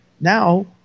now